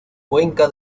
cuenca